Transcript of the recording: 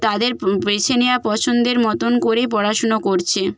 তাদের বেছে নেওয়া পছন্দের মতন করেই পড়াশুনো করছে